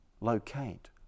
locate